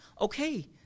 okay